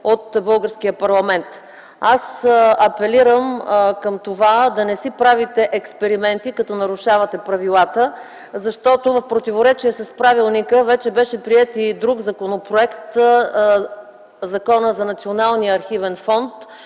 Апелирам да не си правите експерименти, като нарушавате правилата, защото в противоречие с правилника вече беше приет и Законът за националния архивен фонд,